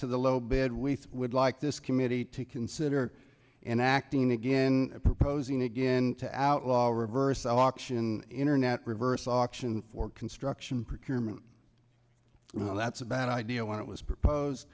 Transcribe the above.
to the low bid we would like this committee to consider enacting again proposing again to outlaw a reverse auction internet reverse auction for construction permits well that's a bad idea when it was proposed